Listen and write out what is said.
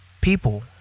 people